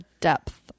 depth